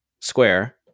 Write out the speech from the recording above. Square